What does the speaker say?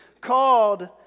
called